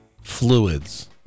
Fluids